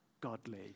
godly